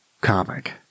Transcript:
comic